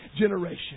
generation